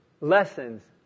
lessons